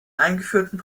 eingeführten